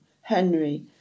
Henry